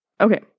Okay